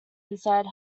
inside